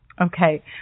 Okay